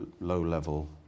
low-level